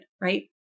right